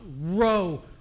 row